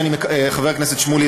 חבר הכנסת שמולי,